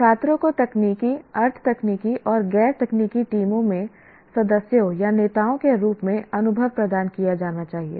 छात्रों को तकनीकी अर्ध तकनीकी और गैर तकनीकी टीमों में सदस्यों या नेताओं के रूप में अनुभव प्रदान किया जाना चाहिए